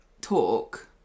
talk